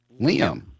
Liam